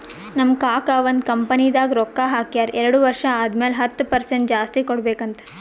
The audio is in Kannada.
ನಮ್ ಕಾಕಾ ಒಂದ್ ಕಂಪನಿದಾಗ್ ರೊಕ್ಕಾ ಹಾಕ್ಯಾರ್ ಎರಡು ವರ್ಷ ಆದಮ್ಯಾಲ ಹತ್ತ್ ಪರ್ಸೆಂಟ್ ಜಾಸ್ತಿ ಕೊಡ್ಬೇಕ್ ಅಂತ್